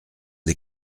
des